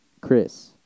Chris